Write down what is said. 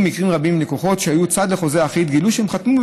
מקרים שבהם לקוחות שהיו צד לחוזה אחיד גילו שהם "חתמו",